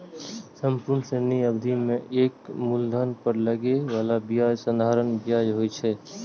संपूर्ण ऋण अवधि मे एके मूलधन पर लागै बला ब्याज साधारण ब्याज होइ छै